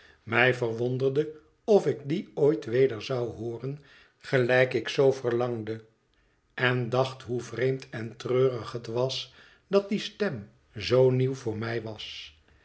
mij verwonderde of ik die ooit weder zou hooren gelijk ik zoo verlangde en dacht hoe vreemd en treurig het was dat die stem zoo nieuw voor mij was